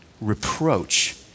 reproach